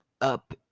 up